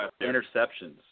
interceptions